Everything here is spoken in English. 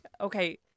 okay